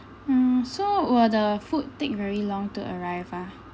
mm so will the food take very long to arrive ah